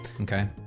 Okay